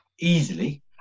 easily